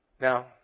Now